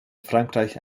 frankreich